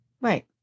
Right